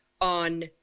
on